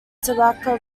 tobacco